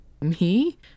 Me